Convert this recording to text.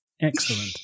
Excellent